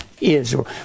Israel